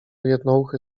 jednouchy